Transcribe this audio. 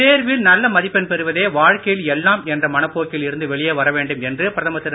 தேர்வில் நல்ல மதிப்பெண் பெறுவதே வாழ்க்கையில் எல்லாம் என்ற மனப்போக்கில் இருந்து வெளியே வரவேண்டும் என்று பிரதமர் திரு